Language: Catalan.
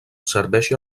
serveixi